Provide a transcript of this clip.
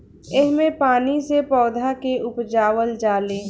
एह मे पानी से पौधा के उपजावल जाले